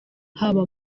haba